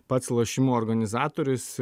pats lošimų organizatorius